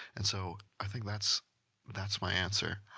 and so i think that's that's my answer.